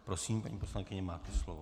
Prosím, paní poslankyně, máte slovo.